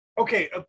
Okay